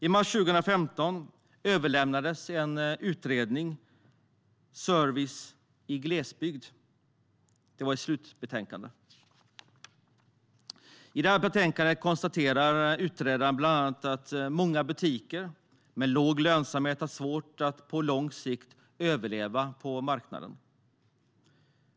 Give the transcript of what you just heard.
I mars 2015 överlämnades en utredning, Service i glesbygd . Det var ett slutbetänkande. I betänkandet konstaterar utredaren bland annat att många butiker med låg lönsamhet har svårt att på lång sikt överleva på marknaden.